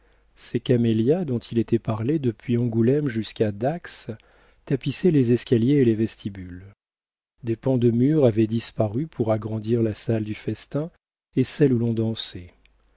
ces camélias dont il était parlé depuis angoulême jusqu'à dax tapissaient les escaliers et les vestibules des pans de murs avaient disparu pour agrandir la salle du festin et celle où l'on dansait